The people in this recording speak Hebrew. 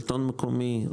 שלטון מקומי,